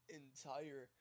entire